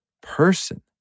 person